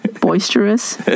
boisterous